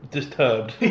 Disturbed